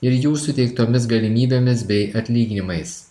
ir jų suteiktomis galimybėmis bei atlyginimais